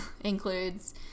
includes